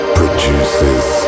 produces